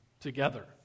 together